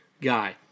guy